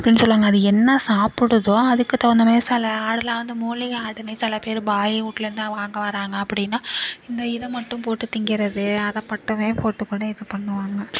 அப்படின்னு சொல்வாங்க அது என்ன சாப்பிடுதோ அதுக்கு தகுந்த மாதிரி சில ஆடெலாம் வந்து மூலிகை ஆடுனே சில பேர் பாய் வீட்லேருந்து வாங்க வராங்க அப்படினா இந்த இதை மட்டும் போட்டு தின்கிறது அதை மட்டுமே போட்டு கூட இது பண்ணுவாங்க